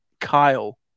Kyle